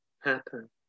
happen